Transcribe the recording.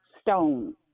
stone